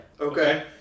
Okay